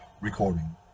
recording